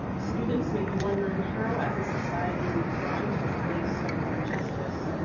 students may be wondering how as a society we have gotten to a place where injustice,